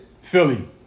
Philly